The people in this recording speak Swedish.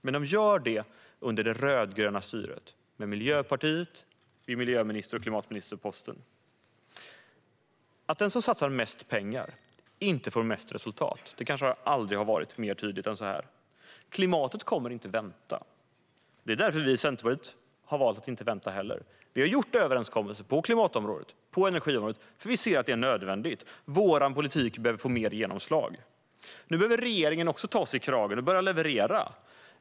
Men det gör de under det rödgröna styret, när Miljöpartiet innehar miljö och klimatministerposten. Att den som satsar mest pengar inte får mest resultat har kanske aldrig varit tydligare. Klimatet kommer inte att vänta. Det är därför Centerpartiet har valt att inte heller vänta. Vi har gjort överenskommelser på klimatområdet, på energiområdet, eftersom det är nödvändigt. Vår politik behöver få mer genomslag. Nu behöver regeringen ta sig i kragen och börja leverera.